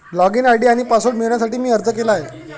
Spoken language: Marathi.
लॉगइन आय.डी आणि पासवर्ड मिळवण्यासाठी मी अर्ज केला आहे